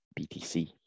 BTC